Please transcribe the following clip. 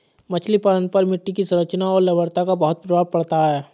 मछली पालन पर मिट्टी की संरचना और लवणता का बहुत प्रभाव पड़ता है